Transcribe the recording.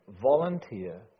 volunteer